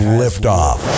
liftoff